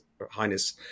Highness